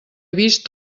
vist